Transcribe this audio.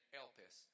elpis